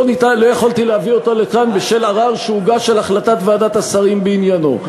לא יכולתי להביא אותו לכאן בשל ערר שהוגש על החלטת ועדת השרים בעניינו.